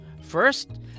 First